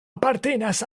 apartenas